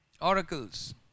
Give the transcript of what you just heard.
oracles